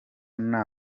nta